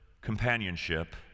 companionship